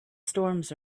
storms